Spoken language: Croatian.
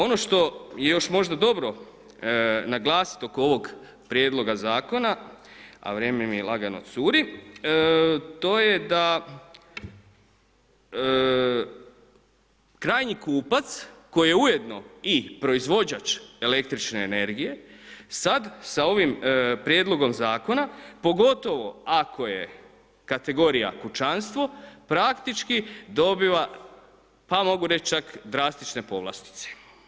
Ono što je još možda dobro naglasiti oko ovoga prijedloga zakona, a vrijeme mi lagano curi, to je da krajnji kupac koji je ujedno i proizvođač električne energije sada sa ovim Prijedlogom zakona pogotovo ako je kategorija kućanstvo praktički dobiva pa mogu reći čak drastične povlastice.